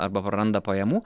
arba praranda pajamų